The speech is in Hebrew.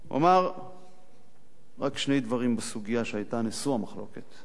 אומר רק שני דברים בסוגיה שהיתה מושא המחלוקת: